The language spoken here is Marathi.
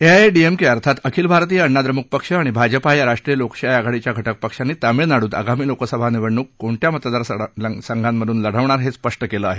एआएएडीएमके अर्थात आखिल भारतीय अण्णा द्रम्क पक्ष आणि भाजपा या राष्ट्रीय लोकशाही आघाडीच्या घटक पक्षांनी तामिळनाडूत आगामी लोकसभा निवडणूक कोणत्या मतदारसंघातून लढवणार हे स्पष्ट केलं आहे